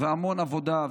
המון עבודה,